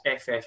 FF